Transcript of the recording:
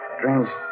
Strange